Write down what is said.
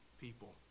people